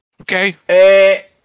Okay